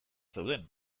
zeuden